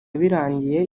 birangiye